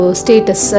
status